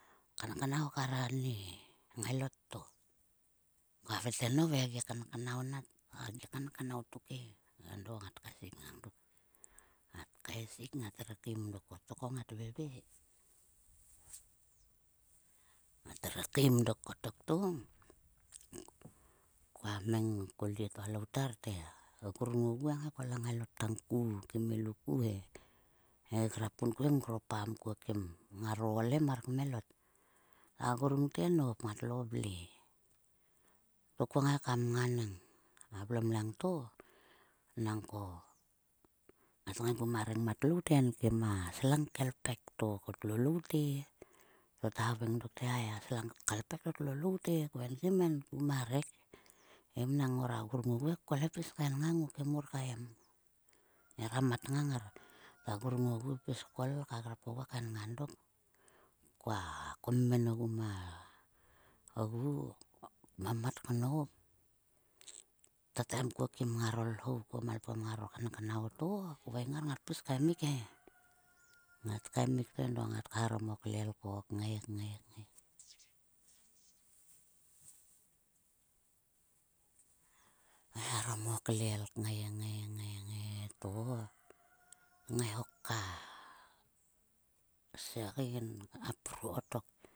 Kanknau kar ani ngailot to. Ko havoi te, nove a gi kanknau na a gi kanknau tuk e. Endo ngat kaesik nga dok. Ngat kaesik ngatre kmim dok ko ngat veve. Ngat re kmim dok kotok to, koa meng ko lyie to a louter te. Grung ogu he ngai kol a ngailot tang ku kim lu ku he. He grap kunkuon ngor pam kuon kim ngaro ool he mar kmelot. Ta grung te nop, ngatlo vle. To ko ngai mnganang a vlom langto. Nangko ngat ngaigu ma rengmat lout he enkim a slang ke lpek. To tlo lout e, to thaveng dok te, ai a slang ka ipek to tlo lout e, ko enkim enku ma rek. He mnang ngora ngaigu ko pis kainngang he mur kaem. Ngira mat ngang ngar. Ta grung ogu pis kol ka grap oguo kaen nga dok. Koa komen ma ogu kmamat knop. Tataim kuo mang ngaro lhou malpgem ngaro kanknau to kveng ngar ngat pis kaimik he. ngat kaemik to edo ngat kaeharom o klel ko kngai ngai, ngai. Eharom o klel ngai, ngai, ngai to tngai ho ka segein ka pruo kotok.